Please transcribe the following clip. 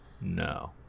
No